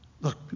Look